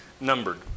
numbered